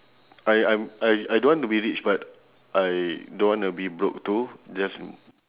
I I I I don't want to be rich but I don't wanna be broke too just